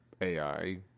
AI